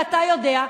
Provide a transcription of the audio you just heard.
ואתה יודע,